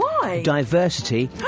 diversity